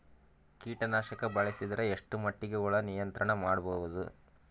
ಕೀಟನಾಶಕ ಬಳಸಿದರ ಎಷ್ಟ ಮಟ್ಟಿಗೆ ಹುಳ ನಿಯಂತ್ರಣ ಮಾಡಬಹುದು?